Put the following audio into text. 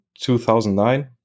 2009